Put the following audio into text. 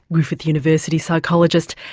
griffith university psychologist,